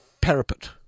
parapet